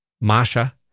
Masha